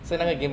不会很